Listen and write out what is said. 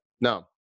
no